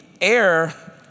air